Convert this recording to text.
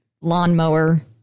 lawnmower